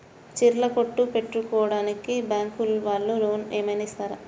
చిల్లర కొట్టు పెట్టుకోడానికి బ్యాంకు వాళ్ళు లోన్ ఏమైనా ఇస్తారా?